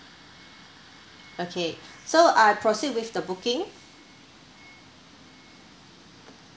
okay so I proceed with the booking